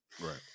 right